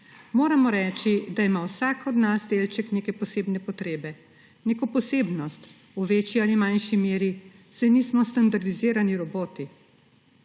moramo reči, da ima vsak od nas delček neke posebne potrebe, neko posebnost v večji ali manjši meri, saj nismo standardizirani roboti.